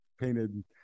painted